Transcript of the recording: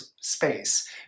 space